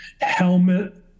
helmet